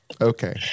Okay